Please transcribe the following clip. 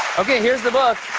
okay, here's the book.